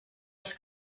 els